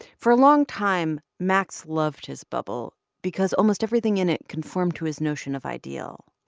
for a long time, max loved his bubble because almost everything in it conformed to his notion of ideal.